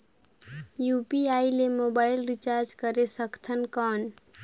UPI ले mobile recharge करे सकथन कौन?